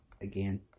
again